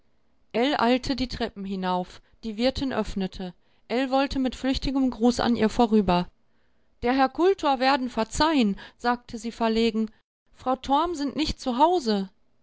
eilte die treppen hinauf die wirtin öffnete ell wollte mit flüchtigem gruß an ihr vorüber der herr kultor werden verzeihen sagte sie verlegen frau torm sind nicht